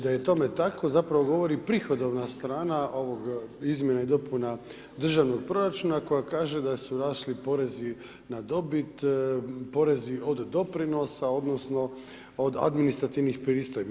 Da je tome tako zapravo govori prihodovna strana ovog izumje a i dopuna državnog proračuna, koja kaže da su rasli porezi na dobit, porez od doprinosa, odnosno, od administrativnih pristojbi.